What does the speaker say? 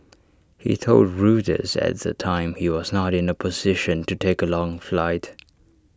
he told Reuters at the time he was not in A position to take A long flight